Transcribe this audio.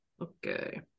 okay